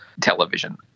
television